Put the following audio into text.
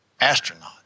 astronaut